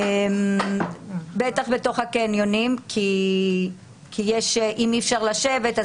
בטח בתוך הקניונים כי אם אי אפשר לשבת,